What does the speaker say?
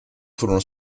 furono